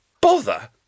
bother